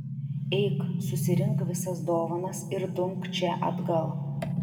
eik susirink visas dovanas ir dumk čia atgal